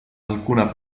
alcuna